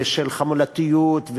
ושל חמולתיות,